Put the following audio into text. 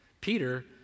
Peter